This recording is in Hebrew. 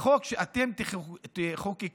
בחוק שאתם תחוקקו,